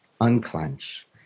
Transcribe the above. unclench